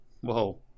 Whoa